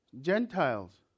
Gentiles